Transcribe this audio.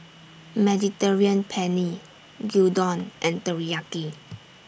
Mediterranean Penne Gyudon and Teriyaki